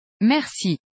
Merci